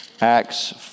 Acts